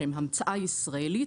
שהם המצאה ישראלית,